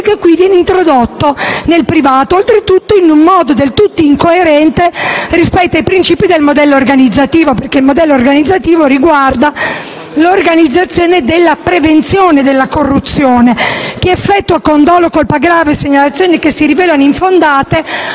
e qui viene introdotto nel privato, oltretutto in modo del tutto incoerente rispetto ai principi del modello organizzativo perché quest'ultimo riguarda l'organizzazione della prevenzione della corruzione. Chi effettua con dolo o colpa grave segnalazioni che si rivelano infondate